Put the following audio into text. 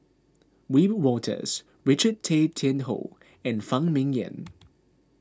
Wiebe Wolters Richard Tay Tian Hoe and Phan Ming Yen